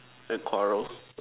can quarrel